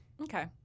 Okay